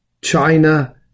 China